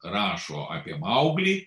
rašo apie mauglį